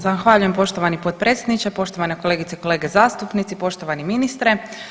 Zahvaljujem poštovani potpredsjedniče, poštovane kolegice i kolege zastupnici, poštovani ministre.